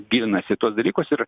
gilinasi į tuos dalykus ir